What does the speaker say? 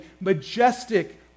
majestic